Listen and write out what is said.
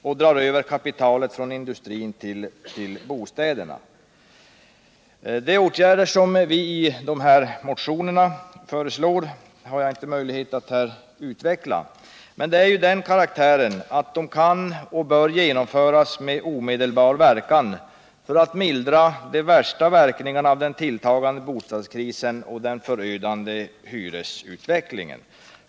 Och detta drar över kapitalet från industrin till bostäderna. De åtgärder som vi i motionen föreslår har jag inte möjlighet att här utveckla, men de är av den karaktären att de kan och bör genomföras med omedelbar verkan för att mildra de värsta verkningarna av den tilltagande bostadskrisen och den förödande hyresutvecklingen.